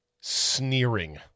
sneering